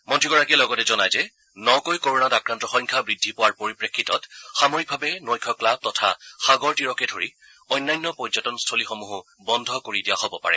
মন্ত্ৰীগৰাকীয়ে লগতে জনায় যে নকৈ কৰোণাত আক্ৰান্তৰ সংখ্যা বৃদ্ধি পোৱাৰ পৰিপ্ৰেক্ষিতত সাময়িকভাৱে নৈশ ক্লাৱ তথা সাগৰতীৰকে ধৰি অন্যান্য পৰ্য্যটনস্থলীসমূহো বন্ধ কৰি দিয়া হ'ব পাৰে